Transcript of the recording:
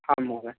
आम् महोदय